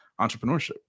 entrepreneurship